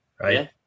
Right